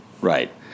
Right